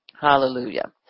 Hallelujah